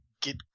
get